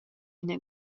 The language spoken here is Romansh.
ina